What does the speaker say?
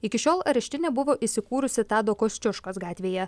iki šiol areštinė buvo įsikūrusi tado kosciuškos gatvėje